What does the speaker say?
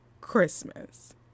Christmas